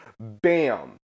bam